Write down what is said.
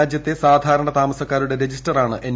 രാജ്യത്തെ സാധാരണ താമസക്കാരുടെ രജിസ്റ്ററാണ് എൻ